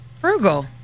Frugal